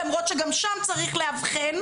למרות שגם שם צריך לאבחן,